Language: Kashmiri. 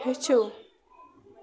ہیٚچھِو